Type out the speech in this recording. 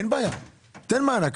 אין בעיה, תן מענק.